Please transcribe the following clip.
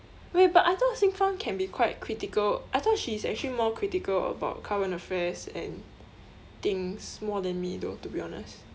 wait but I thought xin fang can be quite critical I thought she is actually more critical about current affairs and thinks more than me though to be honest